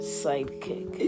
sidekick